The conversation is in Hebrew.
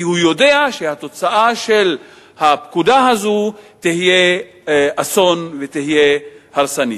כי הוא יודע שהתוצאה של הפקודה הזאת תהיה אסון ותהיה הרסנית.